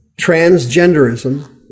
transgenderism